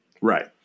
Right